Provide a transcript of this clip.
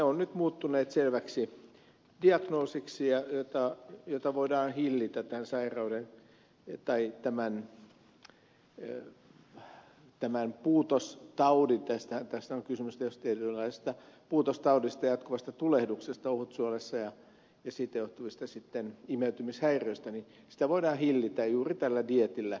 ovat nyt muuttuneet selväksi diagnoosiksi jonka perusteella voidaan hillitä tämän sairauden tämän puutostaudin seurauksia tässä on kysymys tietysti eräänlaisesta puutostaudista jatkuvasta tulehduksesta ohutsuolessa ja siitä johtuvista imeytymishäiriöistä ja sitä voidaan hillitä juuri tällä dieetillä